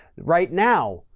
right now,